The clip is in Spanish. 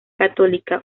católica